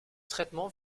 traitement